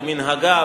כמנהגה,